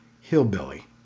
hillbilly